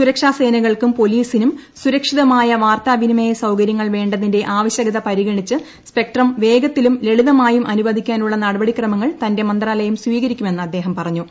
സുരക്ഷാ സേനകൾക്കും പോലീസിനും സുരക്ഷിതമായ വാർത്താവിനിമയ സൌകര്യങ്ങൾ വേണ്ടതിന്റെ ആവശ്യകത പരിഗണിച്ച് സ്പെക്ട്രം വേഗത്തിലും ലളിതമായും അനുവദിക്കാനുള്ള നടപടി ക്രമങ്ങൾ തന്റെ മന്താലയം സ്വീകരിക്കുമെന്ന് അദ്ദേഹം പറഞ്ഞു